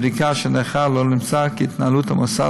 בבדיקה שנערכה לא נמצא כי התנהלות המוסד